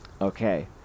Okay